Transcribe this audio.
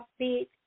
upbeat